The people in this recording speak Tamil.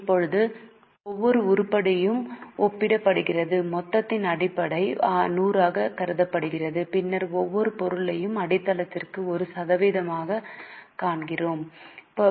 இப்போது இது ஒவ்வொரு உருப்படியையும் ஒப்பிடுகிறது மொத்தத்தின் அடிப்படை 100 ஆகக் கருதப்படுகிறது பின்னர் ஒவ்வொரு பொருளையும் அடித்தளத்திற்கு ஒரு சதவீதமாகக் காண்கிறோம்